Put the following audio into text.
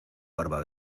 barba